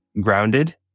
grounded